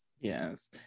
Yes